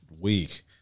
week